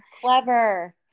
clever